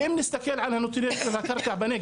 ולפספס את המציאות עצמה.